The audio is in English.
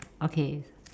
okay